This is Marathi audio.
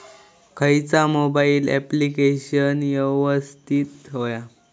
खयचा मोबाईल ऍप्लिकेशन यवस्तित होया?